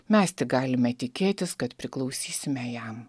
mes tik galime tikėtis kad priklausysime jam